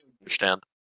Understand